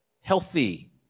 healthy